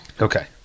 okay